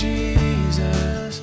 Jesus